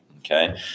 Okay